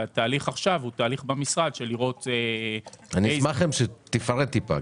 התהליך עכשיו במשרד הוא לראות --- אשמח שתפרט קצת.